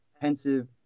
pensive